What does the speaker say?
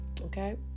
Okay